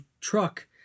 truck